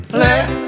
Let